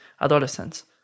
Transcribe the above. adolescents